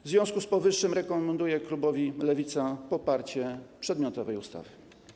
W związku z powyższym rekomenduję klubowi Lewica poparcie przedmiotowej ustawy.